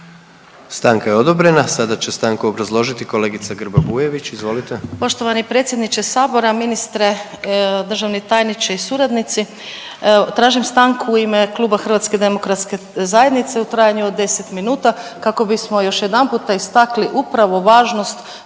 Stanka je odobrena. Sada će stanku obrazložiti kolegica Grba Bujević, izvolite. **Grba-Bujević, Maja (HDZ)** Poštovani predsjedniče sabora, ministre, državni tajniče i suradnici, tražim stanku u ime Kluba HDZ-a u trajanju od 10 minuta kako bismo još jedanputa istakli upravo važnost